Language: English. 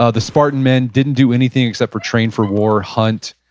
ah the spartan men didn't do anything except for train for war, hunt.